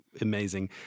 amazing